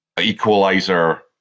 equalizer